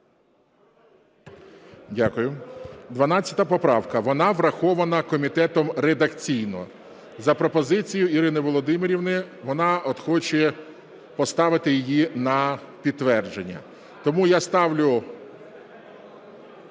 Дякую. 12 поправка, вона врахована комітетом редакційно. За пропозицією Ірини Володимирівни, вона хоче поставити її на підтвердження. Тому я ставлю